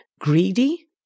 greedy